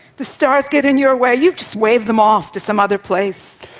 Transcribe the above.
the stars get in your way, you just wave them off to some other place.